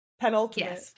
Penultimate